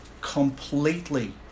completely